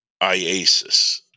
IASIS